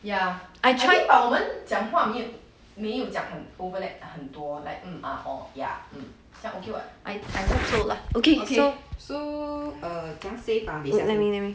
ya I tried but 我们讲话没有讲很 overlap 很多 like hmm ah oh ya 这样 okay [what] so so err 怎样 save ah let me let me